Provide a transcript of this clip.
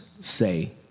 say